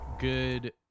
good